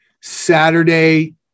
Saturday